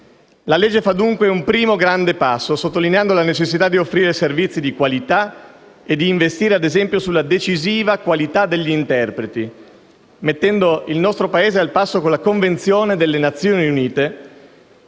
fa dunque un primo grande passo, sottolineando la necessità di offrire servizi di qualità e di investire, ad esempio, sulla decisiva qualità degli interpreti, mettendo il nostro Paese al passo con la Convenzione delle Nazioni Unite